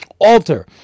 alter